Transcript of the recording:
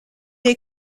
est